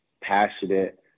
passionate